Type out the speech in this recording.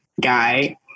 guy